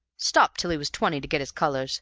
stopped till he was twenty to get his colors